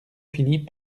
finit